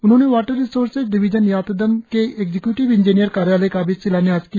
उन्होंने water resources division यातदम के एक्जीक्यूटिव इंजीनियर कार्यालय का भी शिलान्यास किया